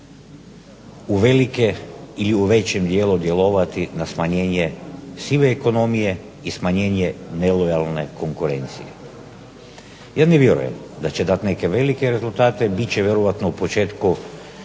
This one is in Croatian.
uvelike ili u većem dijelu djelovati na smanjenje sive ekonomije, i smanjenje nelojalne konkurencije? Ja ne vjerujem da će dati neke velike rezultate, bit će vjerojatno u početku